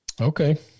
Okay